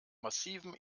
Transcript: massivem